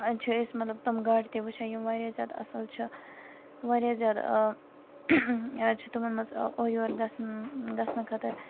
وۄنۍ چھِ أسۍ مطلب تُم گاڑِ تہِ وٕچھان یِم واریاہ زیادٕ اصل چھِ واریاہ زیادٕ چھِ تِمَن مَنز اورٕ یورٕ گَژھن گَژھنہٕ خٲطرٕ